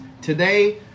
Today